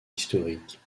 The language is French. historiques